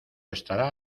estará